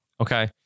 Okay